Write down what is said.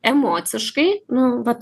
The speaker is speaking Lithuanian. emociškai nu vat